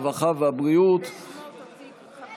הרווחה והבריאות חבר